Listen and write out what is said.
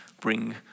bring